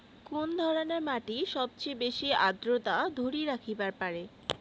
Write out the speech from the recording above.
কুন ধরনের মাটি সবচেয়ে বেশি আর্দ্রতা ধরি রাখিবার পারে?